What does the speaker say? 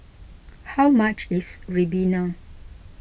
how much is Ribena